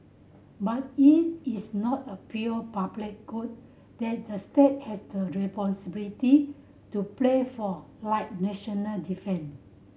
but it is not a pure public good that the state has the responsibility to play for like national defence